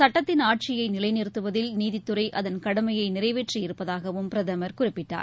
சட்டத்தின் ஆட்சியைநிலைநிறுத்துவதில் நீதித்துறைஅதன் கடமையைநிறைவேற்றி இருப்பதாகவும் பிரதமர் குறிப்பிட்டார்